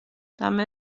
també